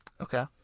Okay